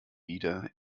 wieder